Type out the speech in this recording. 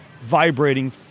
vibrating